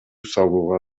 салууга